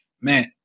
man